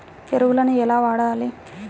ఎరువులను ఎలా వాడాలి?